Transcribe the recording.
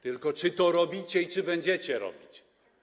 Tylko czy to robicie i czy będziecie robić?